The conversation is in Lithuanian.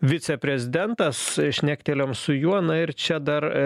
viceprezidentas šnektelėjom su juo na ir čia dar